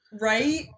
Right